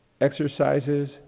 exercises